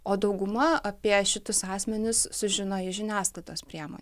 o dauguma apie šitus asmenis sužino žiniasklaidos priemonių